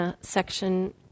section